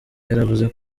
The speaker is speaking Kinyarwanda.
yaravuze